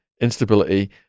instability